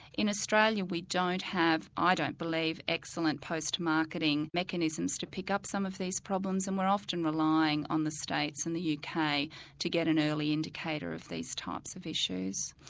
in australia we don't have, i don't believe, excellent post marketing mechanisms to pick up some of these problems and we are often relying on the states and the uk to get an early indicator of these types of issues.